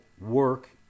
work